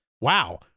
wow